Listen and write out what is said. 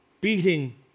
beating